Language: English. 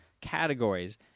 categories